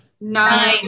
Nine